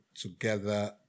together